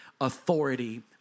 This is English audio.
authority